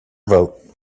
vote